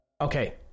Okay